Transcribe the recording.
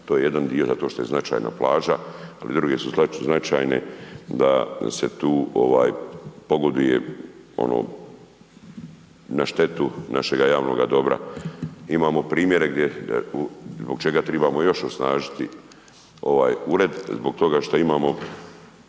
to je jedan dio zato što je značajna plaža ali i druge su značajne da se tu pogoduje na štetu našega javnoga dobra. Imamo primjere gdje zbog čega trebamo još osnažiti ovaj ured zbog toga što imamo